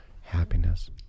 Happiness